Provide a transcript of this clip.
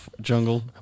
jungle